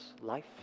life